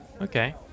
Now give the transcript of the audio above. okay